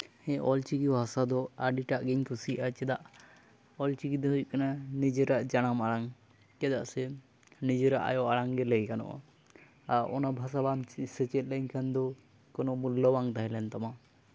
ᱦᱮᱸ ᱚᱞᱪᱤᱠᱤ ᱵᱷᱟᱥᱟ ᱫᱚ ᱟᱹᱰᱤᱴᱟᱜ ᱜᱤᱧ ᱠᱩᱥᱤᱭᱟᱜᱼᱟ ᱪᱮᱫᱟᱜ ᱪᱚᱪᱤᱠᱤ ᱫᱚ ᱦᱩᱭᱩᱜ ᱠᱟᱱᱟ ᱱᱤᱡᱮᱨᱟᱜ ᱡᱟᱱᱟᱢ ᱟᱲᱟᱝ ᱪᱮᱫᱟᱜ ᱥᱮ ᱱᱤᱡᱮᱨᱟᱜ ᱟᱭᱳ ᱟᱲᱟᱝ ᱜᱮ ᱞᱟᱹᱭ ᱜᱟᱱᱚᱜᱼᱟ ᱟᱨ ᱚᱱᱟ ᱵᱷᱟᱥᱟ ᱫᱚ ᱵᱟᱢ ᱥᱮᱪᱮᱫ ᱞᱮᱱᱠᱷᱟᱱ ᱫᱚ ᱠᱚᱱᱳ ᱢᱩᱞᱞᱚ ᱵᱟᱝ ᱛᱟᱦᱮᱸ ᱞᱮᱱ ᱛᱟᱢᱟ